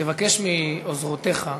תבקש מעוזרותיך,